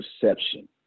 perception